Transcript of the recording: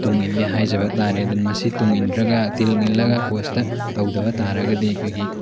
ꯇꯨꯡ ꯏꯜꯂꯤ ꯍꯥꯏꯖꯕ ꯇꯥꯔꯦ ꯑꯗꯨꯅ ꯃꯁꯤ ꯇꯨꯡ ꯏꯟꯈ꯭ꯔꯒ ꯇꯨꯡ ꯏꯜꯂꯒ ꯀꯣꯆꯇ ꯇꯧꯗꯕ ꯇꯥꯔꯒꯗꯤ ꯑꯩꯈꯣꯏꯒꯤ